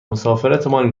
مسافرتمان